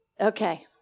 Okay